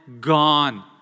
gone